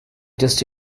just